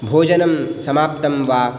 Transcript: भोजनं समाप्तं वा